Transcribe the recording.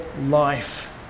life